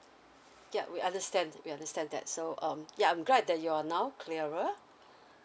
ya we understand we understand that so um ya I'm glad that you're now clearer